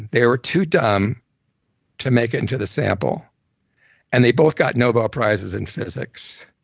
they were too dumb to make it into the sample and they both got nobel prizes in physics.